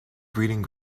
breeding